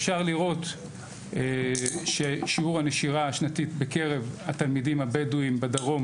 אפשר לראות ששיעור הנשירה השנתית בקרב התלמידים הבדואים בדרום,